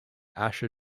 asher